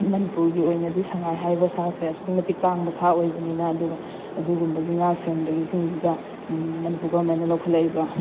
ꯃꯅꯤꯄꯨꯔꯒꯤ ꯑꯣꯏꯅꯗꯤ ꯁꯉꯥꯏ ꯍꯥꯏꯔꯤꯕ ꯁꯥ ꯑꯁꯦ ꯑꯁꯨꯛꯀꯤ ꯃꯇꯤꯛ ꯇꯥꯡꯕ ꯁꯥ ꯑꯣꯏꯕꯅꯤꯅ ꯑꯗꯨꯒ ꯑꯗꯨꯒꯨꯝꯕꯒꯤ ꯉꯥꯛ ꯁꯦꯟꯕꯒꯤꯁꯤꯡꯁꯤꯗ ꯃꯅꯤꯄꯨꯔ ꯒꯣꯕꯔꯟꯃꯦꯟꯅ ꯂꯧꯈꯠꯂꯛꯏꯕ